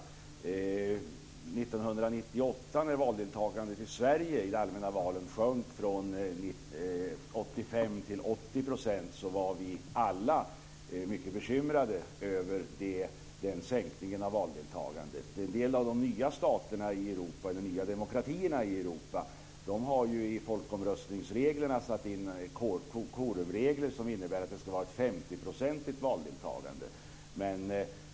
1998, när valdeltagandet i de allmänna valen i Sverige sjönk från 85 % till 80 %, var vi alla mycket bekymrade över den sänkningen av valdeltagandet. En del av de nya staterna i Europa, de nya demokratierna i Europa, har ju i folkomröstningsreglerna satt in kvorumregler som innebär att det ska vara ett femtioprocentigt valdeltagande.